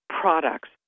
products